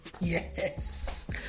Yes